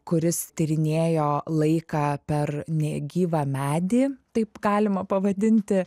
kuris tyrinėjo laiką per negyvą medį taip galima pavadinti